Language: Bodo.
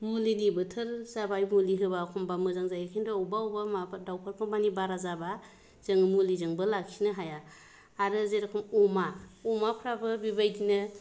मुलिनि बोथोर जाबाय मुलि होब्ला एखमब्ला मोजां जायो खिन्थु बबेबा दाउफोरखौ बारा जाब्ला जों मुलिजोंबो लाखिनो हाया आरो जेरखम अमा अमाफोराबो बिदिनो